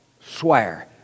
swear